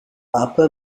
upper